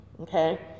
okay